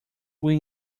win